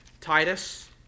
Titus